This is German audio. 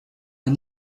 man